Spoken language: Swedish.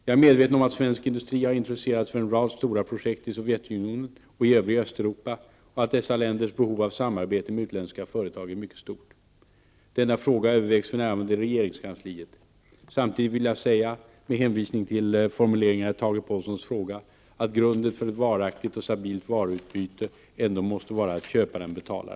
Jag är medveten om att svensk industri har intresserat sig för en rad stora projekt i Sovjetunionen och i det övriga Östeuropa och att dessa länders behov av samarbete med utländska företag är mycket stort. Denna fråga övervägs för närvarande i regeringskansliet. Samtidigt vill jag säga, med hänvisning till formuleringar i Tage Påhlssons fråga, att grunden för ett varaktigt och stabilt varuutbyte ändå måste vara att köparen betalar.